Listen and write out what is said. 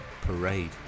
parade